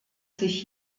sich